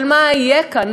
של מה יהיה כאן,